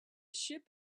ship